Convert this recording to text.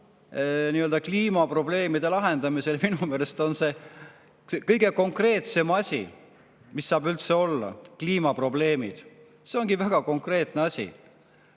kliimaprobleemide lahendamisele, siis minu meelest on see kõige konkreetsem asi, mis saab üldse olla: kliimaprobleemid. See ongi väga konkreetne asi.